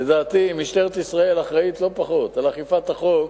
לדעתי, משטרת ישראל אחראית לא פחות לאכיפת החוק